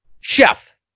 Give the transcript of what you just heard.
Chef